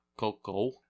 Coco